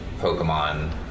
Pokemon